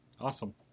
Awesome